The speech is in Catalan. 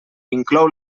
inclou